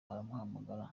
aramuhamagara